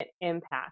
impact